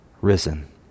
risen